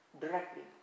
directly